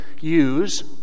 use